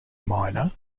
minor